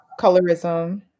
colorism